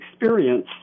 experience